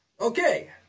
Okay